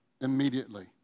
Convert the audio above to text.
immediately